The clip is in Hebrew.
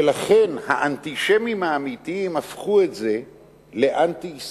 ולכן האנטישמים האמיתיים הפכו את זה לאנטי-ישראליות.